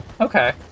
Okay